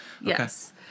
yes